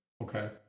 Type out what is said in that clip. Okay